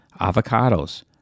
avocados